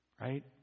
right